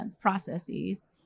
processes